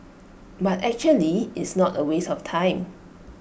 but actually it's not A waste of time